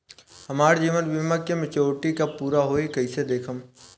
हमार जीवन बीमा के मेचीयोरिटी कब पूरा होई कईसे देखम्?